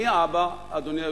מי האבא, אדוני היושב-ראש?